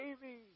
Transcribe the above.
baby